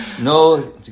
No